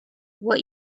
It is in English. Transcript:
what